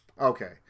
Okay